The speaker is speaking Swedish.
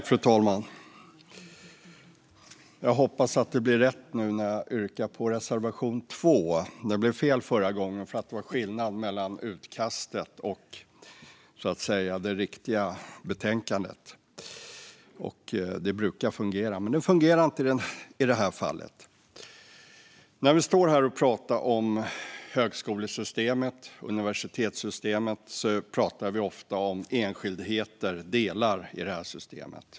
Fru talman! Jag hoppas att det blir rätt nu när jag yrkar bifall till reservation 2. Förra gången blev det fel därför att det var skillnad mellan utkastet och det färdiga betänkandet. Det brukar stämma, men i det fallet gjorde det inte det. När vi står här och pratar om högskole och universitetssystemet pratar vi ofta om enskildheter - delar - i systemet.